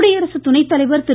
குடியரசுத்துணை தலைவர் திரு